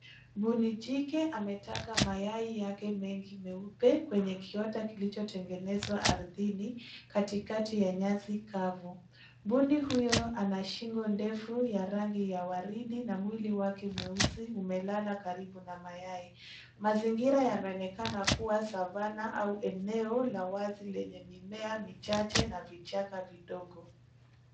Mbuni jike ametaga mayai yake mengi meupe kwenye kiota kilichotengenezwa ardhini, katikati ya nyasi kavu. Mbuni huyo ana shingo ndefu ya rangi ya waridi, na mwili wake mweusi umelala karibu na mayai..Mazingira yanaonekana kuwa savvanah au eneo la wazi lenye mimea michache na vichaka vidogo.